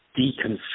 deconstruct